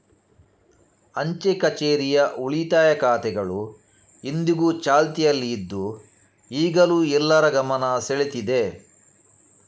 ಅಂಚೆ ಕಛೇರಿಯ ಉಳಿತಾಯ ಖಾತೆಗಳು ಇಂದಿಗೂ ಚಾಲ್ತಿಯಲ್ಲಿ ಇದ್ದು ಈಗಲೂ ಎಲ್ಲರ ಗಮನ ಸೆಳೀತಿದೆ